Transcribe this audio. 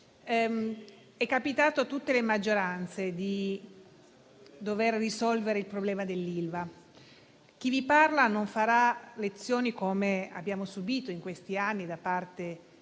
è capitato a tutte le maggioranze di dover risolvere i problemi dell'Ilva. Chi vi parla non farà lezioni, come abbiamo subito in questi anni da autorevoli